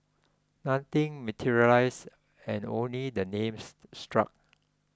nothing materialised and only the names struck